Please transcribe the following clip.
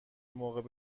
موقع